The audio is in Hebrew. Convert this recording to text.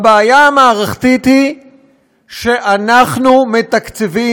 הבעיה המערכתית היא שאנחנו מתקצבים,